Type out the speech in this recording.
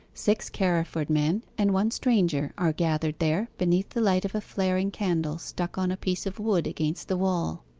six carriford men and one stranger are gathered there, beneath the light of a flaring candle stuck on a piece of wood against the wall.